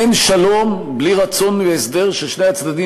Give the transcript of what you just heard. אין שלום בלי רצון והסדר ששני הצדדים